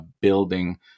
building